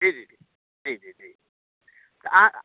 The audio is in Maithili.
जी जी जी जी तऽ अहाँ